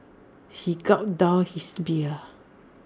he gulped down his beer